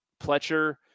Pletcher